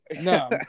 no